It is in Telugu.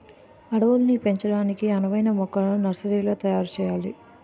అడవుల్ని పెంచడానికి అనువైన మొక్కల్ని నర్సరీలో తయారు సెయ్యాలి